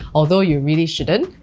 although you really shouldn't.